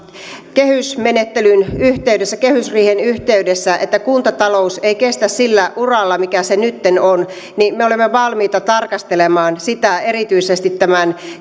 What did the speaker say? kehysmenettelyn yhteydessä kehysriihen yhteydessä että kuntatalous ei kestä sillä uralla millä se nytten on niin me olemme valmiita tarkastelemaan sitä erityisesti tämän